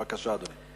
בבקשה, אדוני.